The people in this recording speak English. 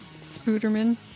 spooderman